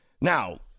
Now